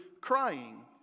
crying